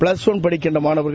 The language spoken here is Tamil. பிளஸ் ஒன் படிக்கின்ற மாணவர்கள்